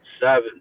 Seven